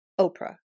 Oprah